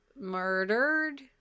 murdered